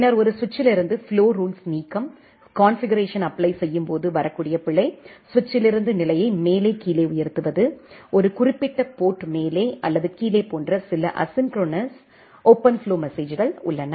பின்னர் ஒரு சுவிட்சிலிருந்து ஃப்ளோ ரூல்ஸ் நீக்கம் கான்ஃபிகுரேஷன் அப்ளை செய்யும் போது வரக்கூடிய பிழை சுவிட்சிலிருந்து நிலையை மேலே கீழே உயர்த்துவது ஒரு குறிப்பிட்ட போர்ட் மேலே அல்லது கீழே போன்ற சில அசின்குரோனஸ் ஓபன்ஃப்ளோ மெசேஜ்கள் உள்ளன